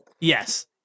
Yes